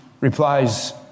replies